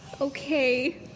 Okay